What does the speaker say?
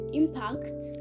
impact